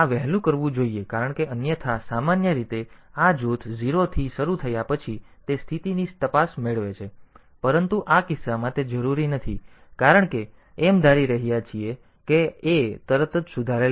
તેથી આ વહેલું કરવું જોઈએ કારણ કે અન્યથા સામાન્ય રીતે આ જૂથ 0 થી શરૂ થયા પછી તે સ્થિતિની તપાસ મેળવે છે પરંતુ આ કિસ્સામાં તે જરૂરી નથી કારણ કે એમ ધારી રહ્યા છીએ કે a તરત જ સુધારેલ નથી